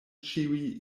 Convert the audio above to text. ĉiuj